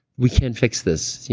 we can fix this.